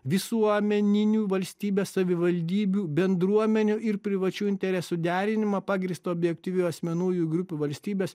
visuomeninių valstybės savivaldybių bendruomenių ir privačių interesų derinimą pagrįsto objektyvių asmenų jų grupių valstybės